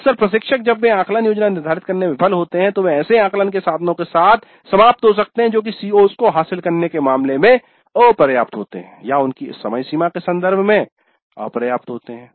अक्सर प्रशिक्षक जब वे आकलन योजना निर्धारित करने में विफल होते हैं तो वे ऐसे आकलन के साधनों के साथ समाप्त हो सकते हैं जो कि CO's को हासिल करने के मामले में अपर्याप्त होते हैं या उनकी समयसीमा के संदर्भ में अपर्याप्त होते हैं